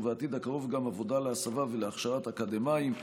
ובעתיד הקרוב גם עבודה להסבה והכשרת אקדמאים.